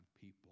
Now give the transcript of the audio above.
people